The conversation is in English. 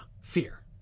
fear